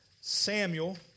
Samuel